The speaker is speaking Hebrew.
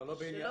אבל לא בנושא.